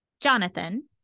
Jonathan